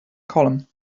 column